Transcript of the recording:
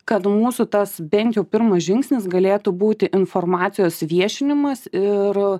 kad mūsų tas bent jau pirmas žingsnis galėtų būti informacijos viešinimas ir